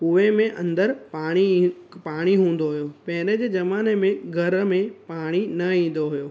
कुएं में अंदर पाणी पाणी हूंदो हुयो पहिरें जे ज़माने में घर में पाणी न ईंदो हुयो